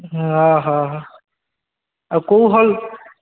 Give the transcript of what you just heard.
ହୁଁ ଓହୋ ଓହୋ ଆଉ କୋଉ ହଲ୍